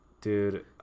Dude